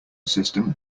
system